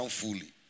fully